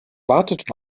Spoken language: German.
wartet